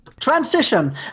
Transition